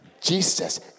Jesus